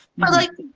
but, like,